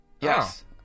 Yes